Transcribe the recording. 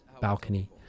balcony